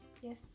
yes